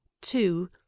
two